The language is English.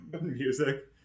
music